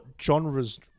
genres